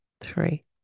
three